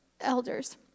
elders